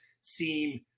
seem